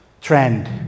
trend